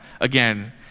again